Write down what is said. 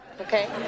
Okay